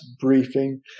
briefing